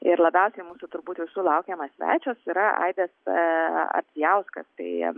ir labiausiai mūsų turbūt visų laukiamas svečias yra aidas ardzijauskas tai